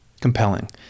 compelling